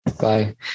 Bye